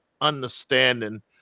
understanding